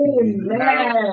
Amen